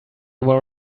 were